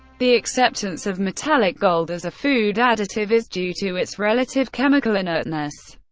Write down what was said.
the acceptance of metallic gold as a food additive is due to its relative chemical inertness,